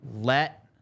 let